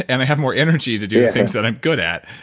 and i have more energy to do the things that i'm good at.